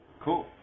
cool